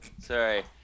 Sorry